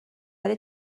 ولی